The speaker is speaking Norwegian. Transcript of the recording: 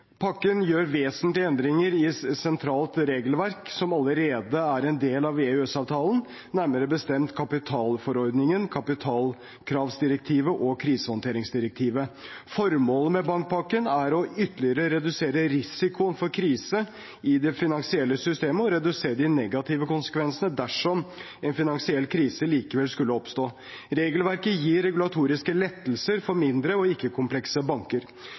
Pakken gjør vesentlige endringer i sentralt regelverk som allerede er en del av EØS-avtalen, nærmere bestemt kapitalkravsforordningen, kapitalkravsdirektivet og krisehåndteringsdirektivet. Formålet med bankpakken er ytterligere å redusere risikoen for krise i det finansielle systemet og redusere de negative konsekvensene dersom en finansiell krise likevel skulle oppstå. Regelverket gir regulatoriske lettelser for mindre og ikke-komplekse banker.